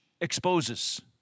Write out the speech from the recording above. exposes